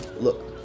look